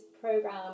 program